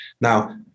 Now